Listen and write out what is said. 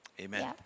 Amen